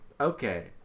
Okay